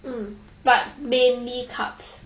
mm but mainly carbs